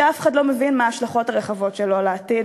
בחוק שאף אחד לא מבין מה ההשלכות הרחבות שלו לעתיד,